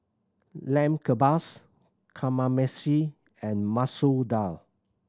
Lamb Kebabs Kamameshi and Masoor Dal